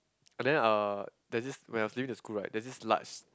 and then uh there's this when I was leaving the school right there's this large